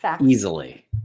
Easily